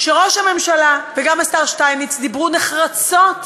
שראש הממשלה וגם השר שטייניץ דיברו נחרצות